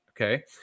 Okay